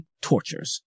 tortures